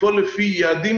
לפעול לפי יעדים,